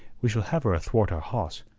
we shall have her athwart our hawse,